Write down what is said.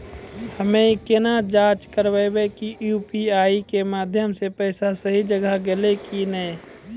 हम्मय केना जाँच करबै की यु.पी.आई के माध्यम से पैसा सही जगह गेलै की नैय?